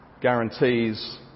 guarantees